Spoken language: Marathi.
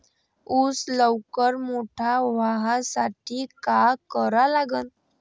ऊस लवकर मोठा व्हासाठी का करा लागन?